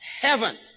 Heaven